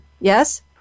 Yes